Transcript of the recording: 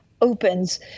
opens